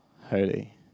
holy